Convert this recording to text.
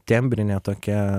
tembrinė tokia